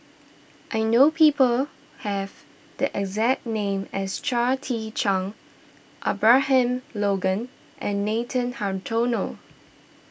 I know people have the exact name as Chia Tee Chiak Abraham Logan and Nathan Hartono